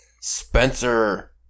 Spencer